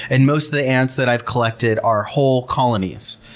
and most of the ants that i've collected are whole colonies.